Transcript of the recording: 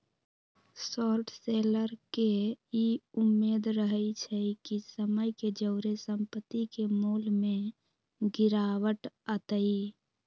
short seller के इ उम्मेद रहइ छइ कि समय के जौरे संपत्ति के मोल में गिरावट अतइ